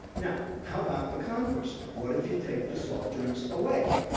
now, how about the converse? what if you take the soft drinks away?